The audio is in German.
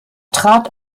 trat